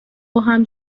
باهم